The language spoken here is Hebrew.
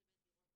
אם זה בית דירות